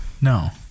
No